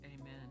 Amen